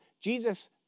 Jesus